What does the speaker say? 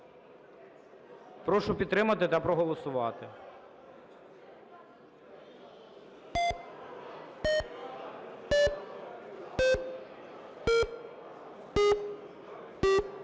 Прошу підтримати та проголосувати.